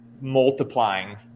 multiplying